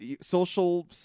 social